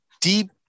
deep